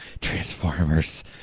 Transformers